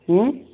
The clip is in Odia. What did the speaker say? ହଁ